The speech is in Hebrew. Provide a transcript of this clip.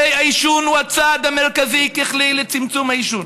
העישון הוא הצעד המרכזי ככלי לצמצום העישון.